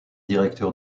directeur